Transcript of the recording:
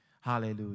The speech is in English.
hallelujah